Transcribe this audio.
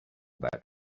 that